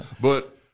But-